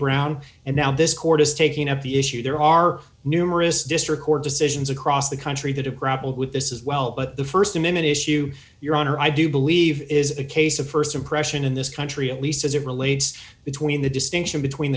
brown and now this court is taking up the issue there are numerous district court decisions across the country that have grappled with this is well but the st amendment issue your honor i do believe is a case of st impression in this country at least as it relates between the distinction between